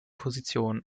position